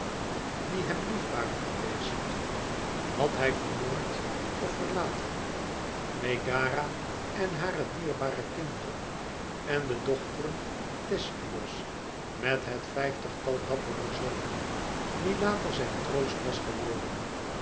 die hem lief waren geweest had hij vermoord of verlaten megara en hare dierbare kinderen en de dochteren thespios met het vijftigtal dappere zonen wie later zijn troost was geworden